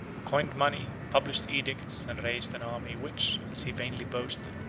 coined money, published edicts, and raised an army, which, as he vainly boasted,